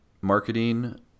marketing